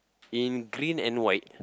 in green and white